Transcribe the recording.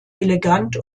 elegant